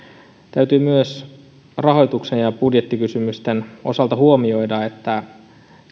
täytyy myös rahoituksen ja budjettikysymysten osalta huomioida